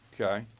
Okay